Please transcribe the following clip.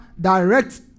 direct